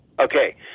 Okay